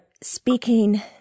speaking